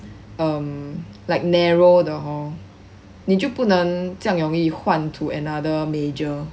um like narrow 的 hor 你就不能这样容易换 to another major